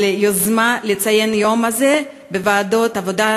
היוזמה לציין את היום הזה בוועדת העבודה,